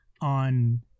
on